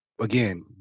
Again